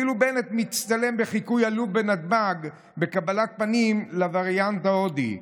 ואילו בנט מצטלם בחיקוי עלוב בנתב"ג בקבלת פנים לווריאנט ההודי.